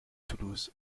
toulouse